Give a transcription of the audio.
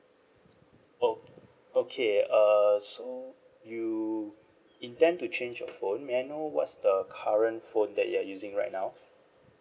ok~ okay uh so you intend to change your phone may I know what's the current phone that you are using right now